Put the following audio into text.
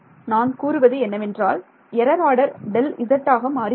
நான் கூறுவது என்னவென்றால் எரர் ஆர்டர் Δz ஆக மாறுகிறது